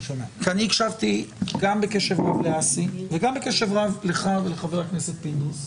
אני הקשבתי בקשב רב לאסי וגם לך ולחבר הכנסת מלול.